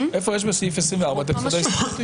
איפה יש בסעיף 24 את היסוד ההסתברותי?